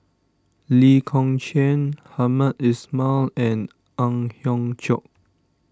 Lee Kong Chian Hamed Ismail and Ang Hiong Chiok